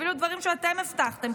אפילו דברים שאתם הבטחתם,